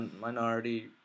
minority